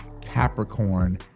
Capricorn